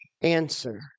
answer